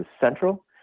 central